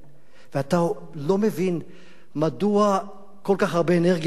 ואתה לא מבין מדוע כל כך הרבה אנרגיה שלילית,